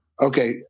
okay